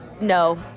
no